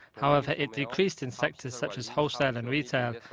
however, it decreased in sectors such as wholesale and retail,